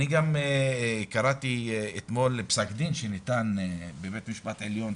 אני גם קראתי אתמול פסק דין שניתן בבית משפט העליון,